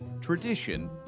Tradition